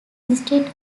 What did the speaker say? instead